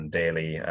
daily